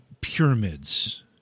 pyramids